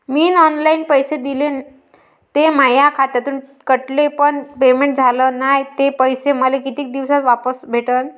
मीन online पैसे दिले, ते माया खात्यातून कटले, पण पेमेंट झाल नायं, ते पैसे मले कितीक दिवसात वापस भेटन?